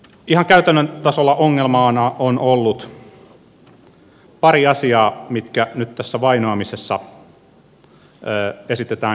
ihan käytännön tasolla ongelmana on ollut pari asiaa mitkä nyt tässä vainoamisessa esitetään kriminalisoitaviksi